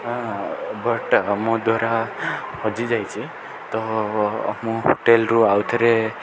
ହଁ ବଟ୍ ମୋ ଦ୍ୱାରା ହଜିଯାଇଛି ତ ମୁଁ ହୋଟେଲରୁ ଆଉ ଥରେ ରିଅି